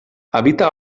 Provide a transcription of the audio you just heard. habita